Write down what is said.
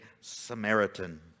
Samaritan